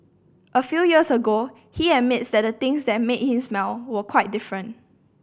a few years ago he admits that the things that made him smile were quite different